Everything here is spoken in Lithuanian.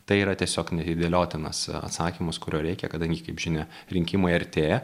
tai yra tiesiog neatidėliotinas atsakymas kurio reikia kadangi kaip žinia rinkimai artėja